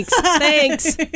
thanks